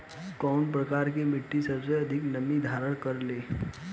कउन प्रकार के मिट्टी सबसे अधिक नमी धारण करे ले?